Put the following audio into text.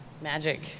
Magic